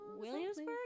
Williamsburg